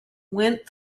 went